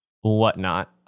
whatnot